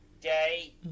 day